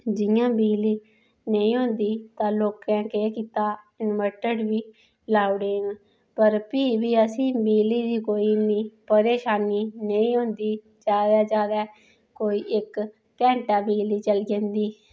जियां बिजली नेईं होंदी तां लोकें केह् कीता इनवर्टर बी लाउड़े न पर फ्ही बी असेंई कोई बिजली दी इन्नी परेशानी नेईं होंदी ज्यादा हा ज्यादा कोई इक घैंटा बिजली चली जंदी